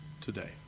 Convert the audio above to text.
today